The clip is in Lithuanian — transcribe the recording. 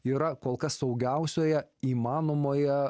yra kol kas saugiausioje įmanomoje